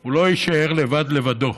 הוא לא יישאר לבד, לבדו.